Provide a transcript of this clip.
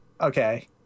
okay